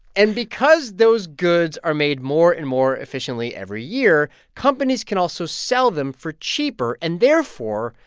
and because those goods are made more and more efficiently every year, companies can also sell them for cheaper, and therefore,